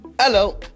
Hello